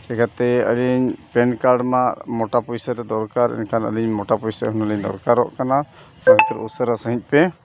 ᱪᱤᱠᱟᱹᱛᱮ ᱟᱹᱞᱤᱧ PAN card ᱢᱟ ᱢᱳᱴᱟ ᱯᱚᱭᱥᱟ ᱫᱚ ᱫᱚᱨᱠᱟᱨ ᱢᱮᱱᱠᱷᱟᱱ ᱟᱹᱞᱤᱧ ᱢᱳᱴᱟ ᱯᱚᱭᱥᱟ ᱦᱩᱱᱟᱹᱝ ᱞᱤᱧ ᱫᱚᱨᱠᱟᱨᱚᱜ ᱠᱟᱱᱟ ᱟᱹᱰᱤ ᱩᱥᱟᱹᱨᱟ ᱥᱟᱹᱦᱤᱡ ᱯᱮ